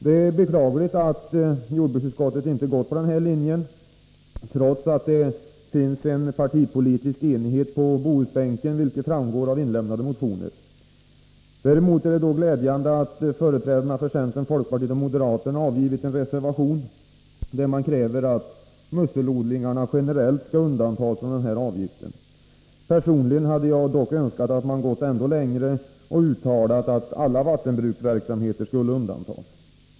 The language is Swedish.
Det är beklagligt att jordruksutskottet inte gått på denna linje, trots att det finns en partipolitisk enighet på Bohusbänken, vilket framgår av inlämnade motioner. Däremot är det glädjande att företrädarna för centern, folkpartiet och moderaterna avgivit en reservation där man kräver att musselodlingarna generellt skall undantas från denna avgift. Personligen hade jag dock önskat att man gått ännu längre och uttalat att alla vattenbruksverksamheter skulle undantas.